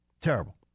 Terrible